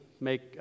make